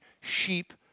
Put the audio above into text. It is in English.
sheep